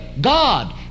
God